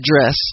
address